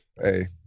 hey